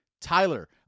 Tyler